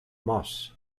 moss